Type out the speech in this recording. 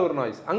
noise